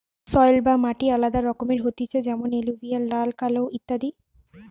soil বা মাটি আলাদা রকমের হতিছে যেমন এলুভিয়াল, লাল, কালো ইত্যাদি